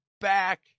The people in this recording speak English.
back